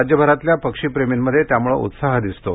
राज्यभरातल्या पक्षीप्रेमींमध्ये त्यामुळे उत्साह दिसतो